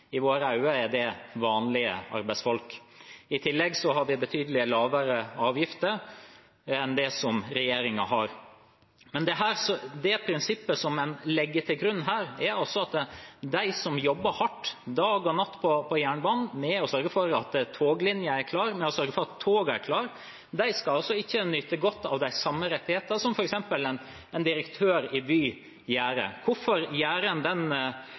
I våre øyne er det vanlige arbeidsfolk. I tillegg har vi betydelig lavere avgifter enn det regjeringen har. Det prinsippet en legger til grunn her, er at de som jobber hardt, dag og natt på jernbanen, med å sørge for at toglinjene og togene er klare, de skal altså ikke nyte godt av de samme rettighetene som f.eks. en direktør i Vy gjør. Hvorfor gjør en